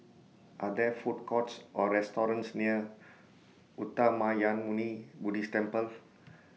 Are There Food Courts Or restaurants near Uttamayanmuni Buddhist Temple